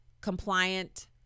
compliant